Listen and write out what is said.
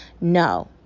No